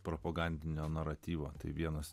propagandinio naratyvo tai vienas